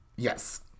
Yes